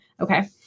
Okay